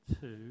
two